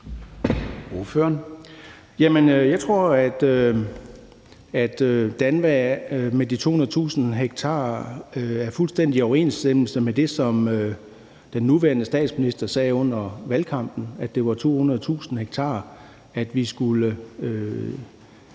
jeg tror, at DANVA og de 200.000 ha er fuldstændig i overensstemmelse med det, som den nuværende statsminister sagde under valgkampen, altså at det var 200.000 ha, vi skulle